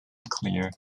clear